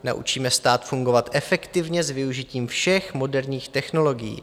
Naučíme stát fungovat efektivně s využitím všech moderních technologií.